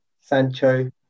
Sancho